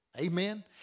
Amen